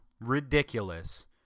ridiculous